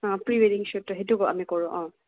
হা প্ৰি ৱেডিং শ্বুটটো সেইটো আমি কৰোঁ অঁ